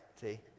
See